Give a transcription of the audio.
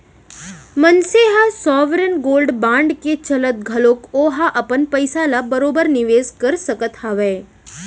मनसे ह sovereign gold bond के चलत घलोक ओहा अपन पइसा ल बरोबर निवेस कर सकत हावय